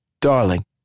Darling